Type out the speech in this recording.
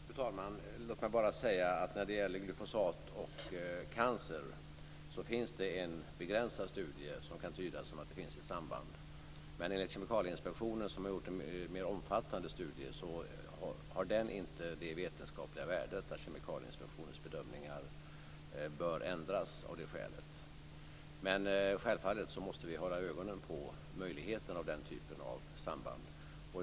Fru talman! Låt mig bara säga att när det gäller glyfosat och cancer finns det en begränsad studie som kan tydas som att det finns ett samband. Men enligt Kemikalieinspektionen, som har gjort en mer omfattande studie, har den inte det vetenskapliga värdet att Kemikalieinspektionens bedömningar bör ändras av det skälet. Självfallet måste vi hålla ögonen på möjligheten av den typen av samband.